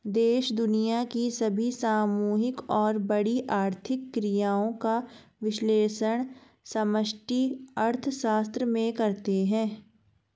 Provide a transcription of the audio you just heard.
देश दुनिया की सभी सामूहिक और बड़ी आर्थिक क्रियाओं का विश्लेषण समष्टि अर्थशास्त्र में करते हैं